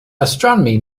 astronomy